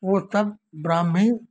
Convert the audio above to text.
वो सब ब्रम्ही